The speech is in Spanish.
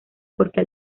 porque